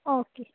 okay